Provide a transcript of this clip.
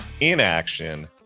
Inaction